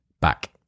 back